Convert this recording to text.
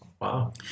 Wow